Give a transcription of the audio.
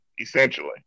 essentially